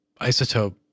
Isotope